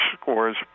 scores